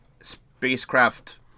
spacecraft